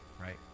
right